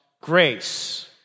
grace